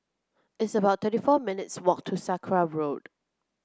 it's about twenty four minutes' walk to Sakra Road